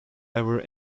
ever